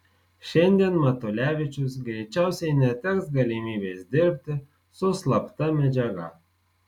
šiandien matulevičius greičiausiai neteks galimybės dirbti su slapta medžiaga